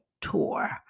tour